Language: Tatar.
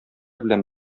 белән